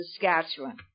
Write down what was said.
Saskatchewan